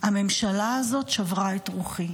הממשלה הזאת שברה את רוחי.